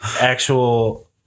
actual